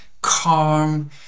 calm